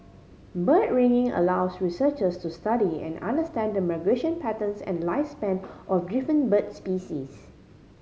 bird ringing allows researchers to study and understand the migration patterns and lifespan of different bird species